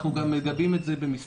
אנחנו גם מגבים את זה במספרים.